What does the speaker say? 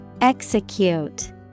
Execute